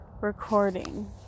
recording